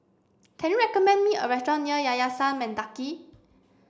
can you recommend me a restaurant near Yayasan Mendaki